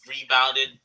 rebounded